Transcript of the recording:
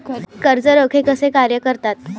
कर्ज रोखे कसे कार्य करतात?